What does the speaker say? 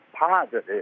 positive